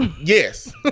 Yes